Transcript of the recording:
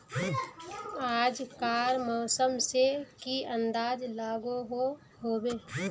आज कार मौसम से की अंदाज लागोहो होबे?